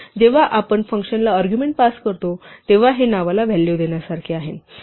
जेव्हा आपण फंक्शनला अर्ग्युमेण्ट पास करतो तेव्हा हे नावाला व्हॅल्यू देण्यासारखे असते